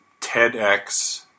TEDx